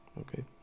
Okay